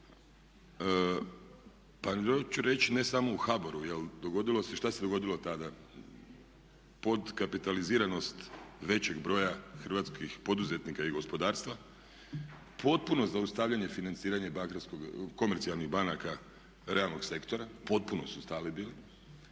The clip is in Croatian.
pa hoću reći ne samo u HBOR-u, dogodilo se, šta se dogodilo tada, potkapitaliziranost većeg broja hrvatskih poduzetnika i gospodarstva, potpuno zaustavljanje financiranja komercijalnih banaka realnog sektora, potpuno su stali bili.